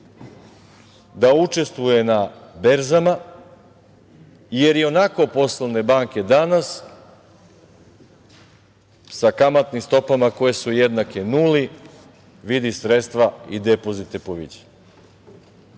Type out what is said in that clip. da učestvuje na berzama, jer i onako poslovne banke danas sa kamatnim stopama koje su jednake nuli, vidi sredstva i depozite po viđenju